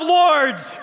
lords